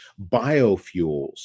biofuels